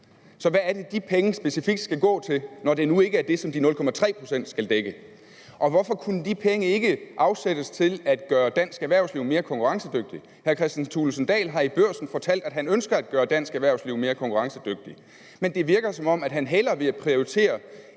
så hvad er det, de penge specifikt skal gå til, når det nu ikke er det, som de 0,3 pct. skal dække? Hvorfor kunne de penge ikke afsættes til at gøre dansk erhvervsliv mere konkurrencedygtigt? Hr. Kristian Thulesen Dahl har i Børsen fortalt, at han ønsker at gøre dansk erhvervsliv mere konkurrencedygtigt, men det virker, som om han hellere vil prioritere